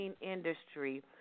industry